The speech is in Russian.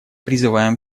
призываем